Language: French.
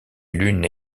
lune